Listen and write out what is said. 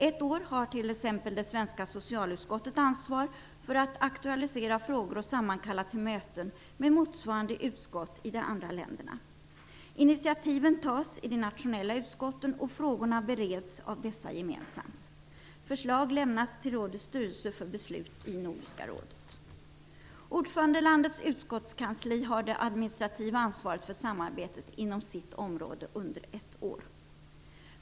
Ett år har t.ex. det svenska socialutskottet ansvar för att aktualisera frågor och sammankalla till möten med motsvarande utskott i de andra länderna. Initiativen tas i de nationella utskotten, och frågorna bereds av dessa gemensamt. Förslag lämnas till rådets styrelse för beslut i Nordiska rådet. Ordförandelandets utskottskansli har det administrativa ansvaret för samarbetet inom sitt område under ett år.